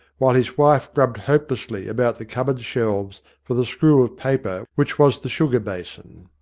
while his wife grubbed hopelessly about the cupboard shelves for the screw of paper which was the sugar-basin.